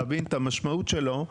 להבין את המשמעות שלו,